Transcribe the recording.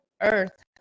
earth